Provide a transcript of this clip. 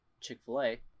Chick-fil-A